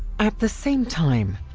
at the same time,